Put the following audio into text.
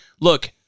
look